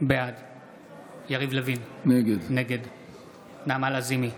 בעד יריב לוין, נגד נעמה לזימי,